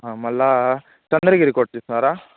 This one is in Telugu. మళ్ళా చంద్రగిరి కోట చూసినారా